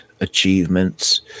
achievements